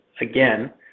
again